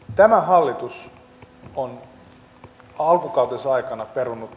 tämä hallitus on alkukautensa aikana perunut